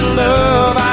love